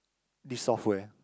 the software